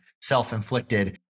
self-inflicted